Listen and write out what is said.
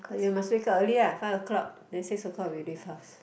but you must wake up early uh five o-clock then six o-clock we leave house